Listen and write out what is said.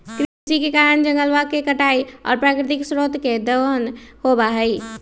कृषि के कारण जंगलवा के कटाई और प्राकृतिक स्रोत के दोहन होबा हई